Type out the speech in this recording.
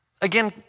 Again